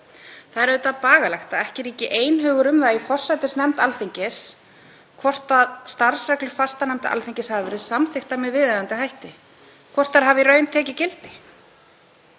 Það er auðvitað bagalegt að ekki ríki einhugur um það í forsætisnefnd Alþingis hvort starfsreglur fastanefnda Alþingis hafi verið samþykktar með viðeigandi hætti, hvort þær hafi í raun tekið gildi.